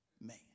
man